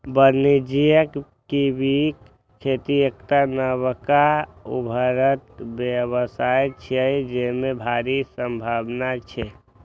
वाणिज्यिक कीवीक खेती एकटा नबका उभरैत व्यवसाय छियै, जेमे भारी संभावना छै